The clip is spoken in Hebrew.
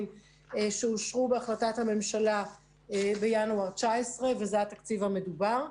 שאושרו בהחלטת הממשלה בינואר 2019. זה התקציב המדובר.